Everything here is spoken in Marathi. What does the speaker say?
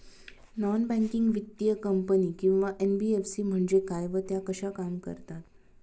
नॉन बँकिंग वित्तीय कंपनी किंवा एन.बी.एफ.सी म्हणजे काय व त्या कशा काम करतात?